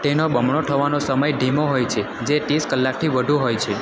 તેનો બમણો થવાનો સમય ધીમો હોય છે જે તીસ કલાકથી વધુ હોય છે